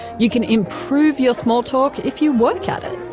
you can improve your small talk if you work at it.